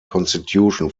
constitution